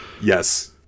Yes